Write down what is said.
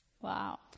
Wow